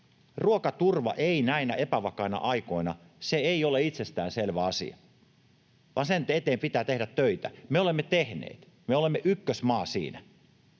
Ruokaturva ei näinä epävakaina aikoina ole itsestäänselvä asia, vaan sen eteen pitää tehdä töitä. Me olemme tehneet. Me olemme ykkösmaa siinä.